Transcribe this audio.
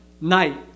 night